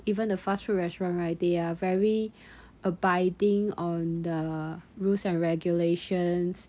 even the fast food restaurant right they are very abiding on the rules and regulations